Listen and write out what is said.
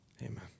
Amen